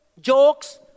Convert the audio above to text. jokes